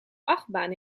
achtbaan